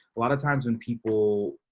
a lot of times when people